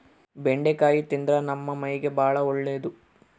ಬೆಂಡಿಕಾಯಿ ತಿಂದ್ರ ನಮ್ಮ ಮೈಗೆ ಬಾಳ ಒಳ್ಳೆದು